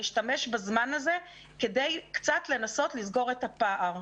להשתמש בזמן הזה כדי קצת לנסות לסגור את הפער.